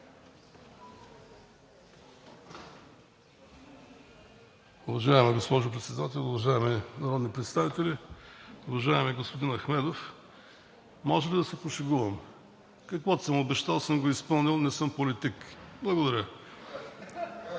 Уважаема госпожо Председател, уважаеми народни представители! Уважаеми господин Ахмедов, може ли да се пошегувам? Каквото съм обещал – съм го изпълнил, не съм политик! Благодаря.